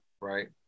right